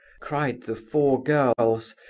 cried the four girls,